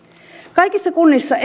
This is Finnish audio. kaikissa kunnissa